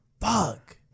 Fuck